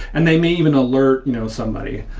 and they may even alert you know somebody,